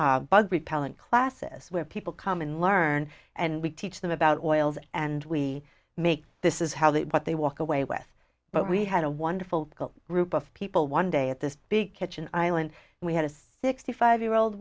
bug repellent classes where people come and learn and we teach them about oils and we make this is how they but they walk away with but we had a wonderful group of people one day at this big kitchen island and we had a sixty five year old